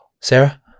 Sarah